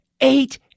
eight